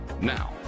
Now